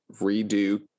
redo